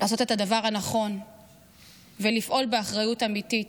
לעשות את הדבר הנכון ולפעול באחריות אמיתית.